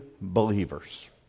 believers